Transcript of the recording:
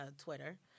Twitter